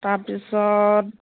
তাৰ পিছত